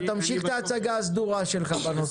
אבל תמשיך את ההצגה הסדורה שלך בנושא.